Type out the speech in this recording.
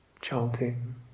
chanting